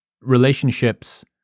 relationships